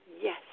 Yes